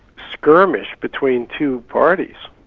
skirmish between two parties.